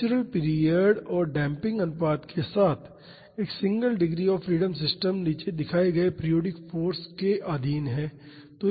natural period और damping अनुपात के साथ एक single degree of freedom system नीचे दिखाए गए पीरियाडिक फाॅर्स के अधीन है